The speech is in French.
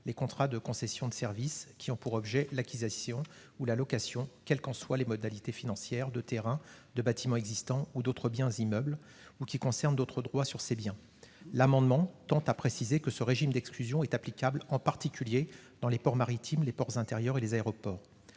les contrats de concession de services qui ont pour objet l'acquisition ou la location, quelles qu'en soient les modalités financières, de terrains, de bâtiments existants ou d'autres biens immeubles, ou qui concernent d'autres droits sur ces biens. L'amendement examiné tend à préciser que ce régime d'exclusion est applicable « en particulier dans les ports maritimes, les ports intérieurs et les aéroports